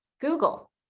Google